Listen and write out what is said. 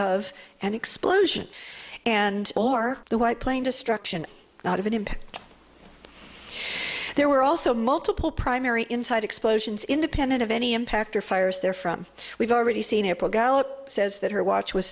of an explosion and or the white plane destruction of an impact there were also multiple primary inside explosions independent of any impact or fires therefrom we've already seen april gallup says that her watch was